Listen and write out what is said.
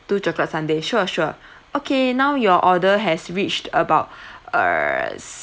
two chocolate sundae sure sure okay now your order has reached about err